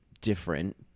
different